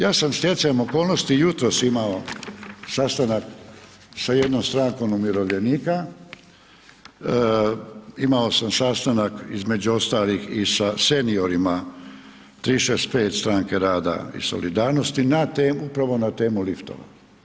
Ja sam stjecajem okolnosti jutros imao sastanak sa jednom strankom umirovljenika, imao sam sastanak između ostalih i sa seniorima 365 Stranke rada i solidarnosti, na temu upravo na temu liftova.